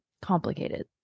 Complicated